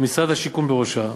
ומשרד השיכון בראשה,